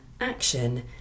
action